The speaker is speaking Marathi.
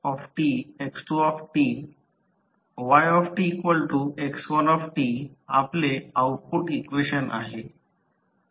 तर ytx1t आपले आउटपुट इक्वेशन आहे